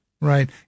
Right